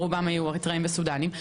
רובם היו אריתראים וסודנים.